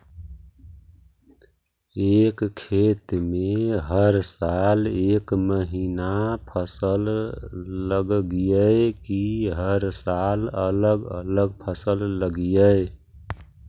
एक खेत में हर साल एक महिना फसल लगगियै कि हर साल अलग अलग फसल लगियै?